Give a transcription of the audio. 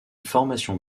formation